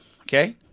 Okay